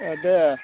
दे